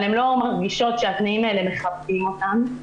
אבל הן לא מרגישות שהתנאים האלה מכבדים אותן.